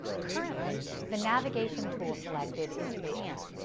currently, the navigation tool selected is pan,